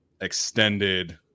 extended